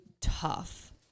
tough